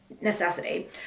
necessity